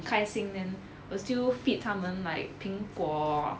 开心 then 我 still feed 他们 like 苹果